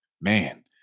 man